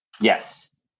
Yes